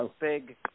big